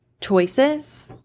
choices